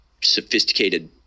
sophisticated